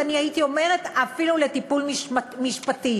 ואני הייתי אומרת אפילו לטיפול משפטי.